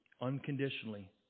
unconditionally